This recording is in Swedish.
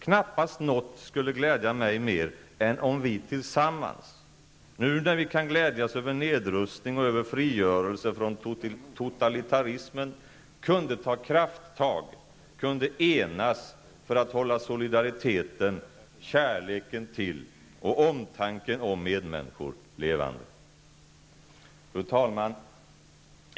Knappast något skulle glädja mig mer än om vi tillsammans, nu när vi kan glädjas över nedrustning och över frigörelse från totalitarismen, kunde ta krafttag, kunde enas för att hålla solidariteten, kärleken till och omtanken om medmänniskor levande. Fru talman!